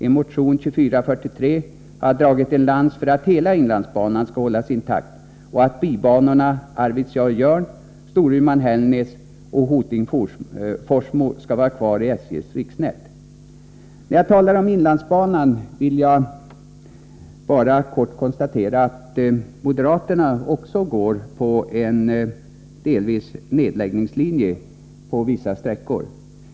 I motion 2443 har jag dragit en lans för att hela inlandsbanan skall hållas intakt och att bibanorna Arvidsjaur-Jörn, Storuman-Hällnäs och Hoting-Forsmo skall vara kvar i SJ:s riksnät. När jag talar om inlandsbanan vill jag bara kort konstatera att moderaterna också förordar nedläggning på vissa sträckor.